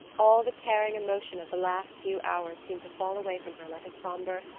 all the tearing emotion of the last few hours seemed to fall away from her like a somber,